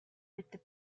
with